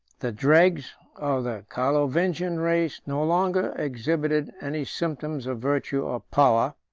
the dregs of the carlovingian race no longer exhibited any symptoms of virtue or power,